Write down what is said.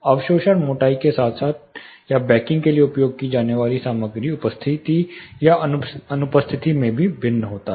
अवशोषण मोटाई के साथ साथ या बैकिंग के लिए उपयोग की जाने वाली सामग्री उपस्थिति या अनुपस्थिति में भी भिन्न होता है